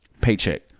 Paycheck